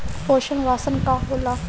पोषण राशन का होला?